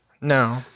No